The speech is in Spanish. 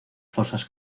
fosas